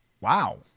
Wow